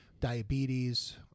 diabetes